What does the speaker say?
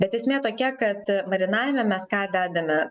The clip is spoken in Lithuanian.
bet esmė tokia kad marinavime mes ką dedame